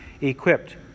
equipped